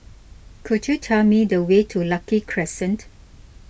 could you tell me the way to Lucky Crescent